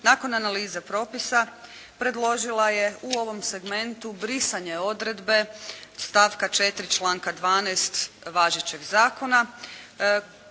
nakon analize propisa predložila je u ovom segmentu brisanje odredbe stavka 4. članka 12. važećeg zakona